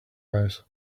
house